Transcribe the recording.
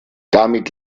damit